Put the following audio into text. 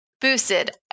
Boosted